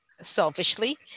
selfishly